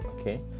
okay